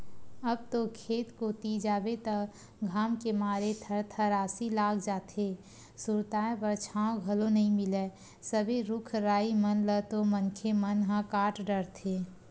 अब तो खेत कोती जाबे त घाम के मारे थरथरासी लाग जाथे, सुरताय बर छांव घलो नइ मिलय सबे रुख राई मन ल तो मनखे मन ह काट डरथे